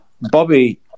Bobby